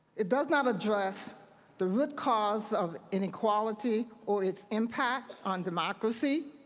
it does not address the root cause of inequality or its impact on democracy.